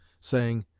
saying,